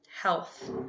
health